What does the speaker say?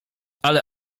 ale